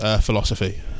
philosophy